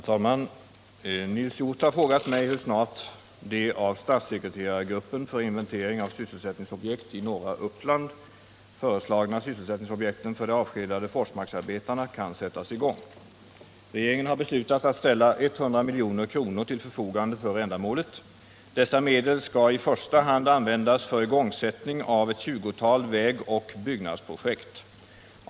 Herr talman! Nils Hjorth har frågat mig hur snart de av statssekreterargruppen för inventering av sysselsättningsobjekt i norra Uppland föreslagna sysselsättningsobjekten för de avskedade Forsmarksarbetarna kan sättas i gång. Regeringen har beslutat att ställa 100 milj.kr. till förfogande för ändamålet. Dessa medel skall i första hand användas för igångsättning av ett 20-tal vägoch byggnadsprojekt.